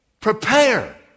prepare